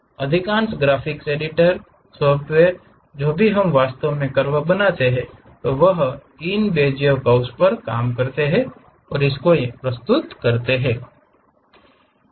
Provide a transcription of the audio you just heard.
अधिकांश graphics editor software जो भी हम वास्तव में कर्व बनाता है तो वह इन बेजियर कर्व्स पर काम करता है और को प्रस्तुत करते हैं